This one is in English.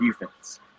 defense